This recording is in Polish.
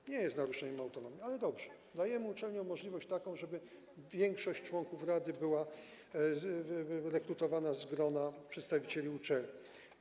To nie jest naruszenie autonomii, ale dobrze, dajemy uczelniom taką możliwość, żeby większość członków rady była rekrutowana z grona przedstawicieli uczelni.